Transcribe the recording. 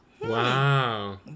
Wow